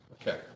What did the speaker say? Okay